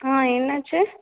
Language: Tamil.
ஆ என்னாச்சு